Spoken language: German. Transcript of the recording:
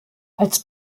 als